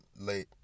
late